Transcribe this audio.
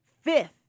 fifth